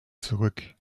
zurück